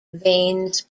veins